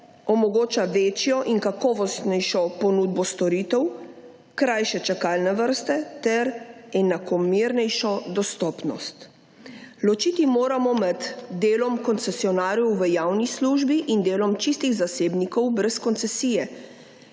omogoča večjo in kakovostnejšo ponudbo storitev, krajše čakalne vrste ter enakomernejšo dostopnost. Ločiti moramo med delom koncesionarjev v javni službi in delom čistih zasebnikov brez koncesije,